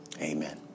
amen